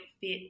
fit